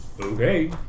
Okay